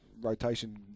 rotation